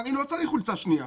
אבל אני לא צריך חולצה שנייה,